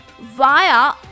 via